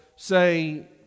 say